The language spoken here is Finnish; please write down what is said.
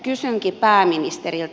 kysynkin pääministeriltä